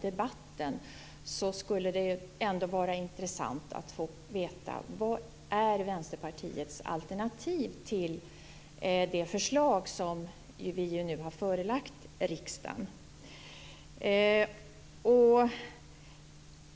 debatten skulle det ändå vara intressant att få veta vilket Vänsterpartiets alternativ är till det förslag som vi nu har förelagt riksdagen.